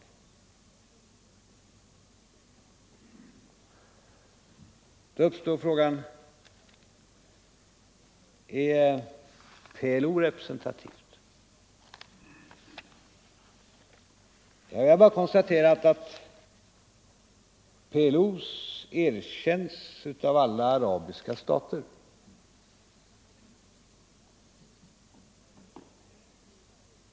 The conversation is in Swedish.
Och då uppstår frågan: Är PLO representativt? Jag har bara konstaterat att PLO erkänns av alla arabiska stater.